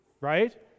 Right